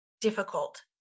difficult